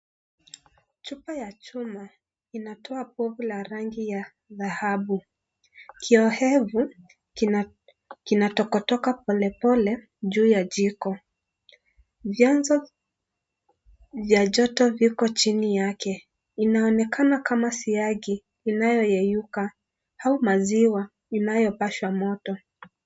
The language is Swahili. Chupa ya chuma, inatoa povu la rangi ya dhahabu. Kiowevu kinatoka toka polepole juu ya jiko. Vyanzo vya joto viko chini yake. Inaonekana kama siagi inayoyeyuka au maziwa inayopashwa moto.